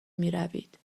میروید